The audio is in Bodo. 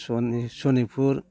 सनितपुर